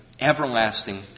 everlasting